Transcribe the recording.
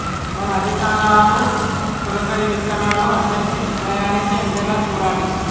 మన అధికారులు తొలకరి విత్తనాలు అందరికీ సమయానికి అందేలా చూడాలి